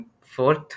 fourth